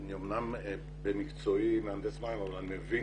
אני אמנם במקצועי מהנדס מים אבל אני מבין